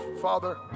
Father